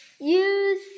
use